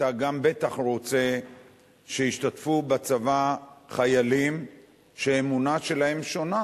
אתה גם בטח רוצה שישתתפו בצבא חיילים שהאמונה שלהם שונה,